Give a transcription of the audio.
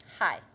Hi